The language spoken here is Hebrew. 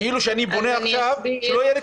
כאילו שאני בונה עכשיו שלא יהיה לי